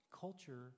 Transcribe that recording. Culture